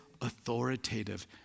authoritative